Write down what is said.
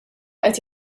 qed